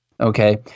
okay